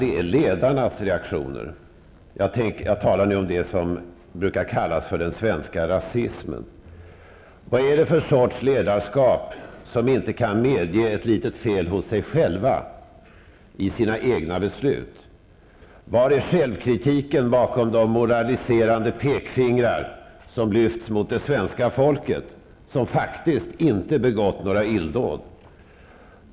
Det är ledarnas reaktioner. Jag talar nu om det som brukar kallas den svenska rasismen. Vad är det för sorts ledarskap, där ledarna inte kan medge ett litet fel hos sig själva, i sina egna beslut? Var är självkritiken bakom de moraliserande pekfingrar som lyfts mot det svenska folket, som faktiskt inte har begått några illdåd?